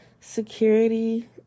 security